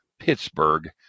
Pittsburgh